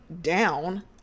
down